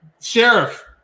Sheriff